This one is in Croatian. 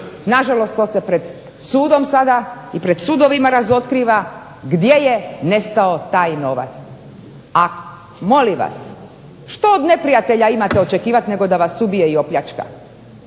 na žalost to se pred sudom sada i pred sudovima razotkriva gdje je nestao taj novac. A molim vas, što od neprijatelja imate očekivati nego da vas ubije i opljačka.